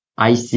IC